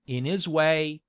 in is way,